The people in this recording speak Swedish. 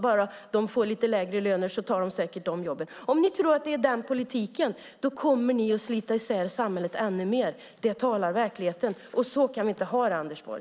Bara de får lite lägre löner tar de säkert de jobben. Om det är er vision, om ni tror att det är politiken kommer ni att slita isär samhället ännu mer. Det talar verkligheten. Så kan vi inte ha det, Anders Borg!